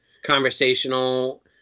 conversational